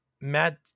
Matt